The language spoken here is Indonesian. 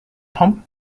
tom